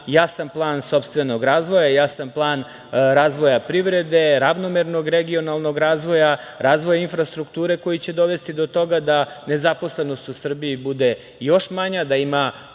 jasan plan sopstvenog razvoja, jasan plan razvoja privrede, ravnomernog regionalnog razvoja, razvoja infrastrukture koji će dovesti do toga da nezaposlenost u Srbiji bude još manja, da ima